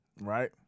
Right